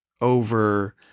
over